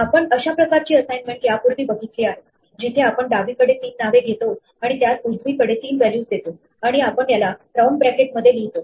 आपण अशा प्रकारची असाइन्मेंट यापूर्वी बघितली आहे जिथे आपण डावीकडे तीन नावे घेतो आणि त्यास उजवीकडे तीन व्हॅल्यूजदेतो आणि आपण याला राऊंड ब्रॅकेटमध्ये लिहितो